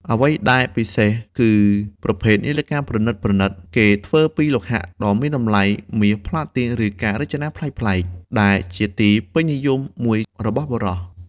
អ្វីដែលពិសេសគឺប្រភេទនាឡិកាប្រណិតៗ គេធ្វើពីលោហៈដ៏មានតម្លៃ មាស ប្លាទីន ឬមានការរចនាប្លែកៗ ដែលជាទីពេញនិយមមួយរបស់បុរស។